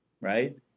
right